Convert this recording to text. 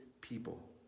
people